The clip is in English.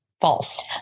false